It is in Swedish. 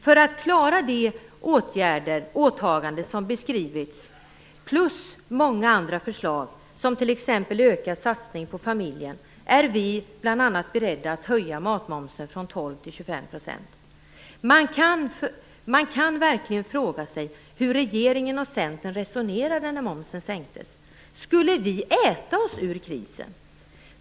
För att klara de åtaganden som har beskrivits plus många andra förslag, t.ex. ökad satsning på familjen, är vi bl.a. beredda att höja matmomsen från 12 % till 25 %. Man kan verkligen fråga sig hur regeringen och Centern resonerade när momsen sänktes. Skulle vi äta oss ur krisen?